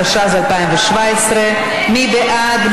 התשע"ז 2017. מי בעד?